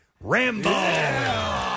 Rambo